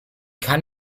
kann